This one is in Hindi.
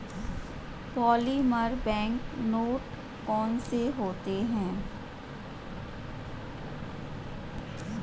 पॉलीमर बैंक नोट कौन से होते हैं